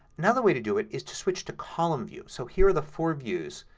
another way to do it is to switch to column view. so here are the four views.